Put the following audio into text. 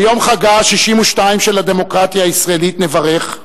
ביום חגה ה-62 של הדמוקרטיה הישראלית, נברך: